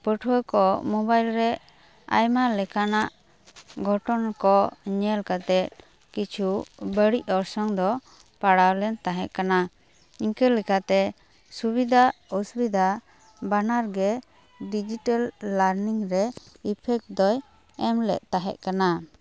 ᱯᱟᱹᱴᱷᱩᱭᱟᱹ ᱠᱚ ᱢᱳᱵᱟᱭᱤᱞ ᱨᱮ ᱟᱭᱢᱟ ᱞᱮᱠᱟᱱᱟᱜ ᱜᱷᱚᱴᱚᱱ ᱠᱚ ᱧᱮᱞ ᱠᱟᱛᱮᱫ ᱠᱤᱪᱷᱩ ᱵᱟᱹᱲᱤᱡ ᱚᱨᱥᱚᱝ ᱫᱚ ᱯᱟᱲᱟᱣ ᱞᱮᱱ ᱛᱟᱦᱮᱸ ᱠᱟᱱᱟ ᱤᱱᱠᱟᱹ ᱞᱮᱠᱟᱛᱮ ᱥᱩᱵᱤᱫᱟ ᱚᱥᱩᱵᱤᱫᱟ ᱵᱟᱱᱟᱨ ᱜᱮ ᱰᱤᱡᱤᱴᱟᱞ ᱞᱟᱨᱱᱤᱝ ᱨᱮ ᱮᱯᱷᱮᱠ ᱫᱚᱭ ᱮᱢ ᱞᱮᱫ ᱛᱟᱦᱮᱸᱫ ᱠᱟᱱᱟ